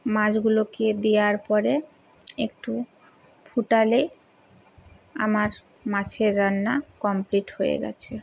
মাছগুলোকে দেয়ার পরে একটু ফোটালে আমার মাছের রান্না কমপ্লিট হয়ে গেছে